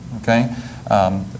okay